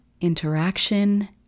interaction